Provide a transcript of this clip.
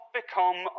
become